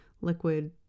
liquid